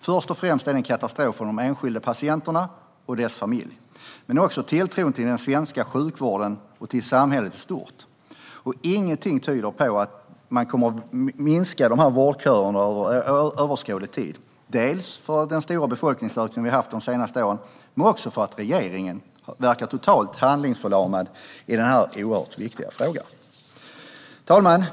Först och främst är det en katastrof för de enskilda patienterna och deras familjer, men det är också en katastrof för tilltron till den svenska sjukvården och till samhället i stort. Ingenting tyder på att vårdköerna kommer att minska under överskådlig tid, dels på grund av den stora befolkningsökningen vi har haft de senaste åren, dels för att regeringen verkar totalt handlingsförlamad i den här oerhört viktiga frågan. Herr talman!